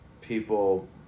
people